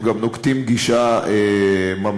הם גם נוקטים גישה ממלכתית,